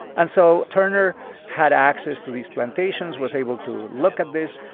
and so turner had access to these plantations, was able to look at this.